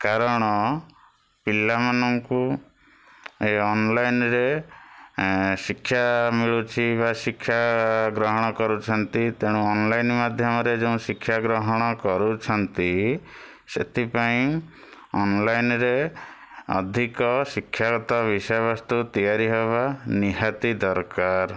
କାରଣ ପିଲାମାନଙ୍କୁ ଏଇ ଅନଲାଇନ୍ ରେ ଏ ଶିକ୍ଷା ମିଳୁଛି ବା ଶିକ୍ଷାଗ୍ରହଣ କରୁଛନ୍ତି ତେଣୁ ଅନଲାଇନ୍ ମାଧ୍ୟମରେ ଯୋଉଁ ଶିକ୍ଷାଗ୍ରହଣ କରୁଛନ୍ତି ସେଥିପାଇଁ ଅନଲାଇନ୍ ରେ ଅଧିକ ଶିକ୍ଷାଗତ ବିଷୟବସ୍ତୁ ତିଆରିହେବା ନିହାତି ଦରକାର